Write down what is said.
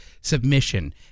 submission